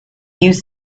use